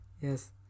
Yes